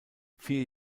vier